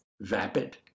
vapid